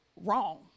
wrong